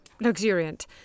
luxuriant